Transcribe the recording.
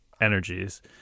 energies